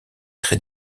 très